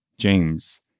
James